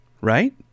right